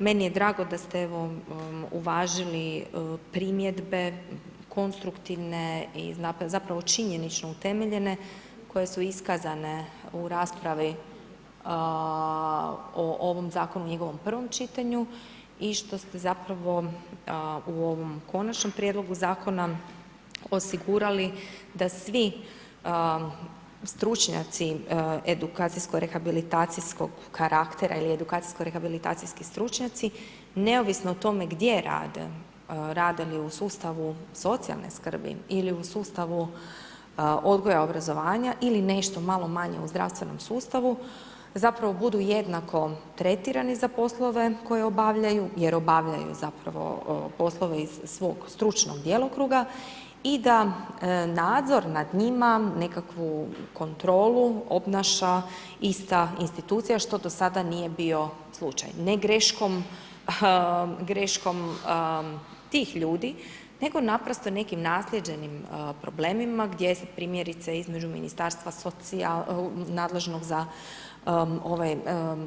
Meni je drago da ste, evo, uvažili primjedbe konstruktivne i zapravo činjenično utemeljene koje su iskazane u raspravi o ovom Zakonu u njegovom prvom čitanju i što ste zapravo u ovom Konačnom prijedlogu Zakona osigurali da svi stručnjaci edukacijsko rehabilitacijskog karaktera ili edukacijsko rehabilitacijski stručnjaci, neovisno o tome gdje rade, rade li u sustavu socijalne skrbi ili u sustavu odgoja obrazovanja ili nešto malo manje u zdravstvenom sustavu, zapravo budu jednako tretirani za poslove koje obavljaju jer obavljaju zapravo poslove iz svog stručnog djelokruga i da nadzor nad njima, nekakvu kontrolu, obnaša ista institucija, što do sada nije bio slučaj, ne greškom tih ljudi, nego naprosto nekim naslijeđenim problemima gdje se primjerice između Ministarstva nadležnog za ovaj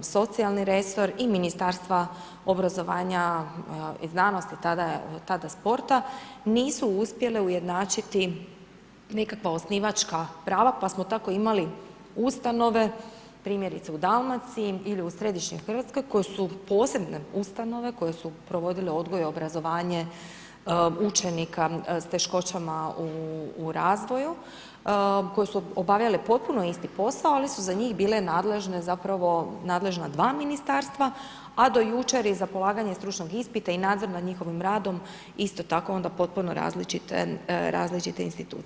socijalni resor i Ministarstva obrazovanja i znanosti, tada sporta, nisu uspjele ujednačiti nikakva osnivačka prava, pa smo tako imali ustanove, primjerice u Dalmaciji ili u središnjoj Hrvatskoj, koje su posebne ustanove koje su provodile odgoj, obrazovanje učenika s teškoćama u razvoju, koje su obavljale potpuno isti posao, ali su za njih bile nadležne zapravo, nadležna dva Ministarstva, a do jučer je za polaganje stručnog ispita i nadzor nad njihovim radom isto tako onda potpuno različite institucije.